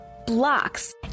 Blocks